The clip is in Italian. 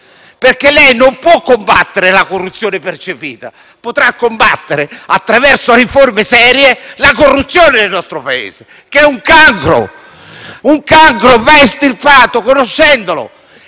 Paese. Lei non può combattere la corruzione percepita, potrà combattere, attraverso riforme serie, la reale corruzione nel nostro Paese, che è un cancro e un cancro va estirpato conoscendolo